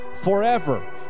Forever